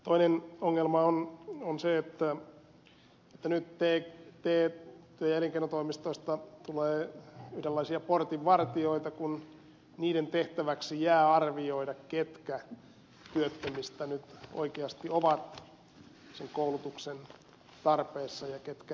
toinen ongelma on se että nyt työ ja elinkeinotoimistoista tulee yhdenlaisia portinvartijoita kun niiden tehtäväksi jää arvioida ketkä työttömistä nyt oikeasti ovat sen koulutuksen tarpeessa ja ketkä eivät ole